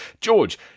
George